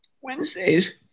Wednesdays